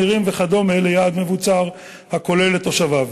נירים וכדומה ליעד מבוצר הכולל את תושביו.